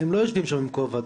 הם לא יושבים שם עם כובע,